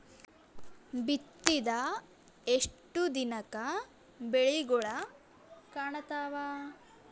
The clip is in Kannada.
ಬಿತ್ತಿದ ಎಷ್ಟು ದಿನಕ ಬೆಳಿಗೋಳ ಕಾಣತಾವ?